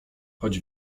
choć